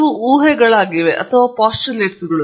ಇವು ಊಹೆಗಳಾಗಿವೆ ಅವುಗಳು ಪೋಸ್ಟುಲೇಟ್ಗಳು